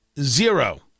zero